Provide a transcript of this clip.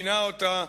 כינה אותה